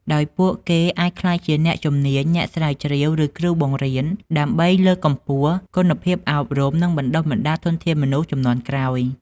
ដោយពួកគេអាចក្លាយជាអ្នកជំនាញ អ្នកស្រាវជ្រាវ ឬគ្រូបង្រៀន ដើម្បីលើកកម្ពស់គុណភាពអប់រំ និងបណ្ដុះបណ្ដាលធនធានមនុស្សជំនាន់ក្រោយ។